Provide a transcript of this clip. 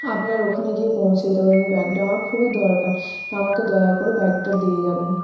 আপনার ওখানে গিয়ে পৌঁছে যেতে পারি ব্যাগটা আমার খুবই দরকার আমাকে দয়া করে ব্যাগটা দিয়ে যাবেন